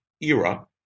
era